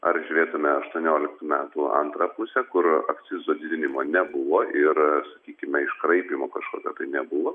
ar žiūrėtume aštuonioliktų metų antrą pusę kur akcizo didinimo nebuvo ir sakykime iškraipymo kažkokio tai nebuvo